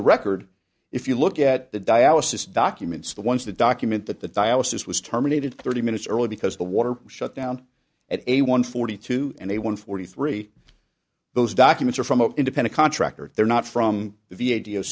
the record if you look at the dialysis documents the ones that document that the dialysis was terminated thirty minutes early because the water shut down at a one forty two and a one forty three those documents are from an independent contractor they're not from the